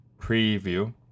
preview